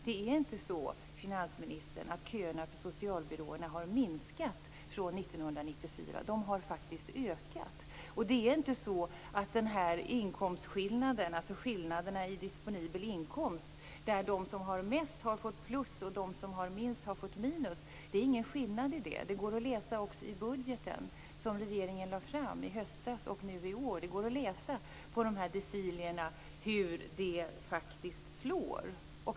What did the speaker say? Det är inte så, finansministern, att köerna till socialbyråerna har minskat sedan 1994, utan de har faktiskt ökat. Det är inte heller någon skillnad vad gäller disponibel inkomst. De som har mest har fått plus och de som har minst har fått minus. Också i den budget som regeringen lade fram i höstas och i decilerna från i år kan man se hur detta faktiskt slår.